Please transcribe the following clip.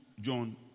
John